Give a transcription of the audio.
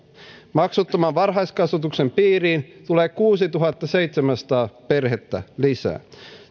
maksuttoman varhaiskasvatuksen piiriin tulee kuusituhattaseitsemänsataa perhettä lisää